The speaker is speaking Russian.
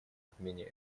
отмене